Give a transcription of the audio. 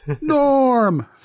Norm